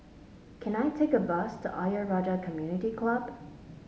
can I take a bus to Ayer Rajah Community Club